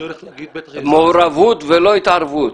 מעורבות ולא התערבות.